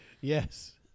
Yes